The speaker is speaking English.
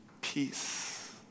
peace